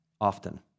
often